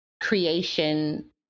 creation